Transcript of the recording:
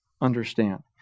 understand